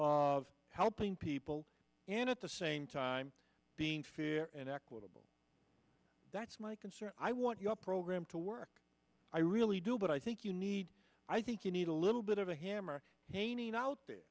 of helping people and at the same time being fair and equitable that's my concern i want your program to work i really do but i think you need i think you need a little bit of a hammer painting out